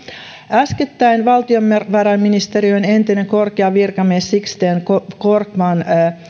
äskettäin valtiovarainministeriön entinen korkea virkamies sixten korkman